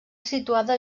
situada